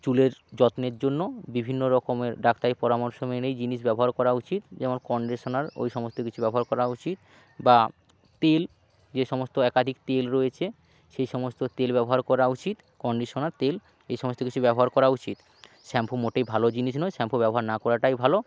চুলের যত্নের জন্য বিভিন্ন রকমের ডাক্তারির পরামর্শ মেনেই জিনিস ব্যবহার করা উচিত যেমন কন্ডিশানার ওই সমস্ত কিছু ব্যবহার করা উচিত বা তেল যে সমস্ত একাধিক তেল রয়েছে সেই সমস্ত তেল ব্যবহার করা উচিত কন্ডিশনার তেল এই সমস্ত কিছু ব্যবহার করা উচিত শ্যাম্পু মোটেই ভালো জিনিস নয় শ্যাম্পু ব্যবহার না করাটাই ভালো